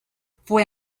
fue